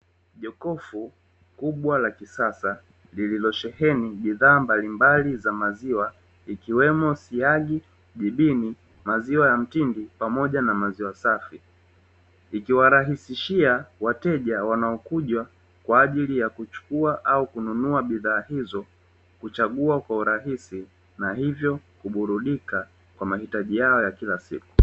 Jokofu kubwa la kisasa lililosheheni bidhaa mbalimbali za maziwa, ikiwemo; siagi, jibini, maziwa ya mtindi, pamoja na maziwa safi. Ikiwarahisishia wateja wanaokuja kwa ajili ya kuchukua au kununua bidhaa hizo kuchagua kwa urahisi, na hivyo kuburudika kwa mahitaji yao ya kila siku.